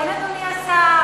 כן, אדוני השר.